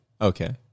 Okay